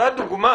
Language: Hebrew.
אותה דוגמה